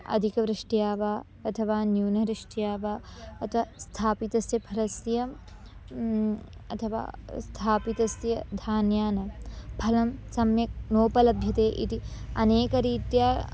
अधिकवृष्ट्या वा अथवा न्यूनवृष्ट्या वा अत स्थापितस्य फलस्य अथवा स्थापितस्य धान्यानां फलं सम्यक् नोपलभ्यते इति अनेकरीत्या